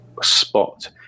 spot